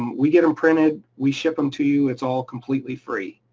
we get em printed, we ship em to you, it's all completely free.